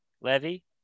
Levy